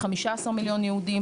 כ-15 מיליון יהודים.